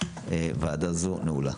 ועדה זו נעולה.